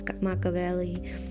Machiavelli